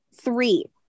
Three